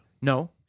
No